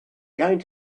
going